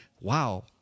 wow